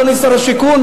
אדוני שר השיכון,